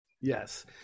Yes